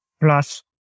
plus